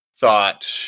thought